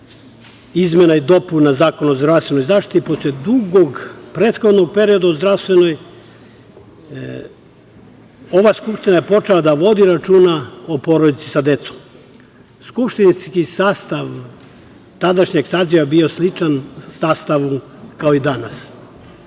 izmena i dopuna Zakona o zdravstvenoj zaštiti, posle dugog prethodnog perioda, ova Skupština je počela da vodi računa o porodici sa decom. Skupštinski sastav tadašnjeg saziva je bio sličan sastavu kao i danas.